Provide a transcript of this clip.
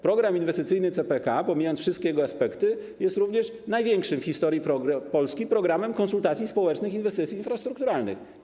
Program inwestycyjny CPK, pomijając wszystkie jego aspekty, jest również największym w historii Polski programem konsultacji społecznych w zakresie inwestycji infrastrukturalnych.